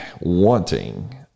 wanting